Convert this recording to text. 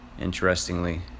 interestingly